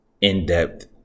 in-depth